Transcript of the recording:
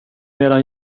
medan